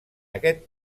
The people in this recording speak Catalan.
aquest